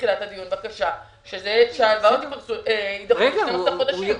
בתחילת הדיון בקשה שההלוואות יידחו ל-12 חודשים.